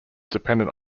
dependent